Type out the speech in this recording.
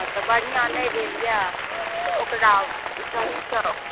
हॅं तऽ बढ़िऑं नहि भेल यऽ तऽ ओकरा सहीसँ